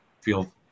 feel